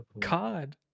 cod